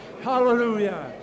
Hallelujah